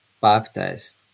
baptized